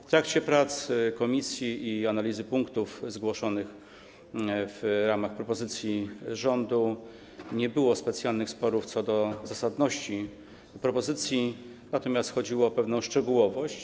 W trakcie pracy komisji i analizy punktów zgłoszonych w ramach propozycji rządu nie było specjalnych sporów co do zasadności propozycji, natomiast chodziło o pewną szczegółowość.